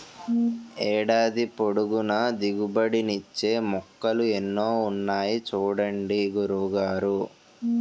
ఏడాది పొడుగునా దిగుబడి నిచ్చే మొక్కలు ఎన్నో ఉన్నాయి చూడండి గురువు గారు